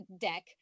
deck